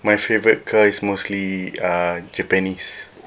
my favourite car is mostly uh japanese